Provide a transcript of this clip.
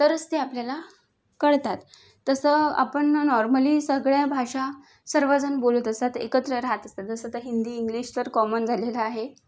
तरच ते आपल्याला कळतात तसं आपण नॉर्मली सगळ्या भाषा सर्वजण बोलत असतात एकत्र राहत असतात जसं तर हिंदी इंग्लिश तर कॉमन झालेलं आहे